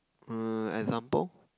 uh example